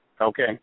Okay